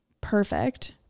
perfect